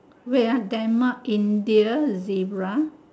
wait ah denmark india zebra